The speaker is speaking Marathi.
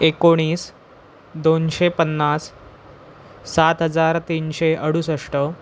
एकोणीस दोनशे पन्नास सात हजार तीनशे अडुसष्ट